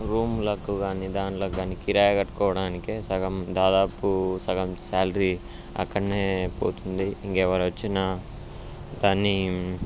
రూంలకి కానీ దానిలోకి కానీ కిరాయి కట్టుకోవడానికే సగం దాదాపు సగం సాలరీ అక్కడనే పోతుంది ఇంకా ఎవరు వచ్చినా కానీ